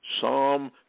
Psalm